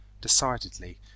Decidedly